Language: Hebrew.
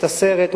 את עשרת,